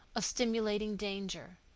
of stimulating danger.